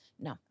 No